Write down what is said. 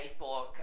Facebook